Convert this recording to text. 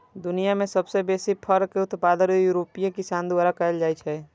दुनिया मे सबसं बेसी फर के उत्पादन यूरोपीय किसान द्वारा कैल जाइ छै